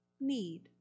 need